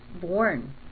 born